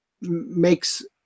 makes